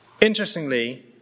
Interestingly